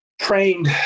trained